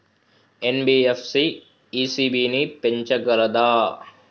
NBFC ECB ని పెంచగలదా?